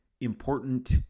important